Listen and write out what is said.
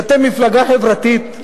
כי אתם מפלגה חברתית,